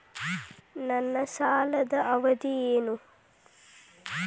ನನ್ನ ಸಾಲದ ಅವಧಿ ಏನು?